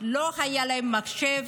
לא היה מחשב.